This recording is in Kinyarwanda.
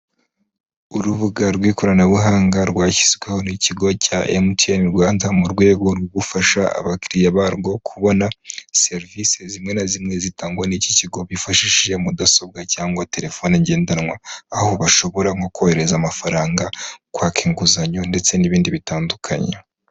Urubuga rw'ikoranabuhanga rwashyizweho n'ikigo cya MTN Rwanda mu rwego rwo gufasha abakiriya barwo kubona serivisi zimwe na zimwe zitangwa n'iki kigo bifashishije mudasobwa cyangwa terefone ngendanwa, aho bashobora nko kohereza amafaranga, kwaka inguzanyo ndetse n'ibindi bitandukanye.